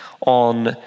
on